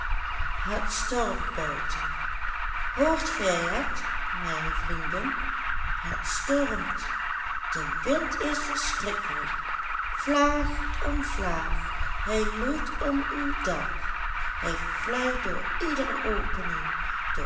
het stormt buiten hoort gij het mijne vrienden het stormt de wind is verschrikkelijk vlaag om vlaag hij loeit om uw dak hij fluit door iedere opening